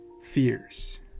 fears